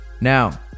Now